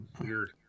weird